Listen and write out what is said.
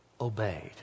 obeyed